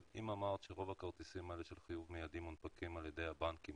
אבל אם אמרת שרוב הכרטיסים האלה של חיוב מיידי מונפקים על ידי הבנקים,